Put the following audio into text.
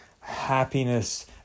happiness